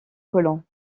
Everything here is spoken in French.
colons